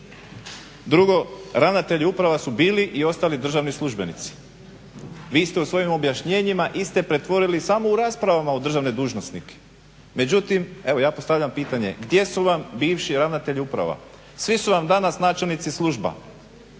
Drugo, ravnatelji uprava su bili i ostali državni službenici, vi ste u svojim objašnjenjima iste pretvorili samo u raspravama u državne dužnosnike, međutim evo ja postavljam pitanje gdje su vam bivši ravnatelji uprava? Svi su vam danas načelnici služba,